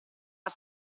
far